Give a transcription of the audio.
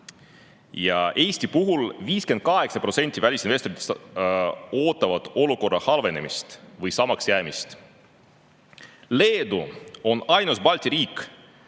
Eesti puhul ootab 58% välisinvestoritest olukorra halvenemist või samaks jäämist. Leedu on ainus Balti riik,